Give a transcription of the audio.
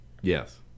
Yes